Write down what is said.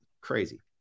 crazy